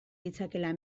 ditzakeela